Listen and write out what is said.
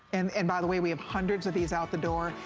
and and by the way we have hundreds of these out the door,